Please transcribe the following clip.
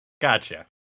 Gotcha